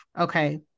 Okay